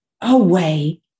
away